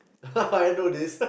I know this